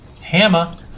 hammer